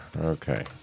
Okay